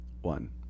one